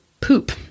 poop